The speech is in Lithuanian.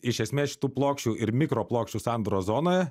iš esmės šitų plokščių ir mikroplokščių sandūros zonoje